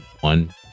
one